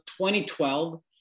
2012